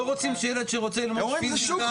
אתם לא רוצים שילד שרוצה ללמוד פיזיקה,